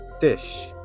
dish